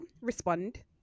Respond